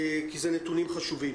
כי אלו נתונים חשובים.